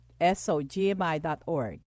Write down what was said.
SOGMI.org